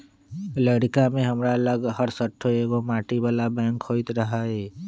लइरका में हमरा लग हरशठ्ठो एगो माटी बला बैंक होइत रहइ